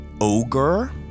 ogre